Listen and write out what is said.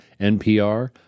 NPR